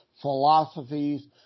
philosophies